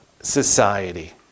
society